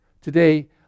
today